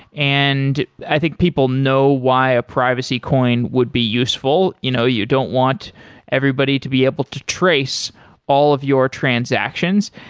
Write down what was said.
and i think people know why a privacy coin would be useful. you know you don't want everybody to be able to trace all of your transactions,